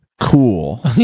cool